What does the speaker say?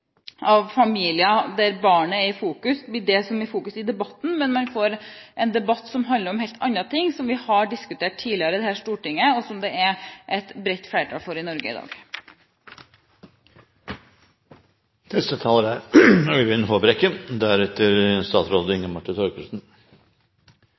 av familier med barnet i fokus, man får en debatt som handler om helt andre ting – ting vi har diskutert tidligere i dette stortinget, og som det er et bredt flertall for i Norge i dag. Barnelovgivningen må ta utgangspunkt i ungene. Når barnets beste er